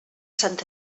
sant